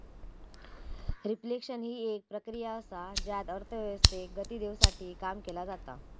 reflection हि एक प्रक्रिया असा ज्यात अर्थव्यवस्थेक गती देवसाठी काम केला जाता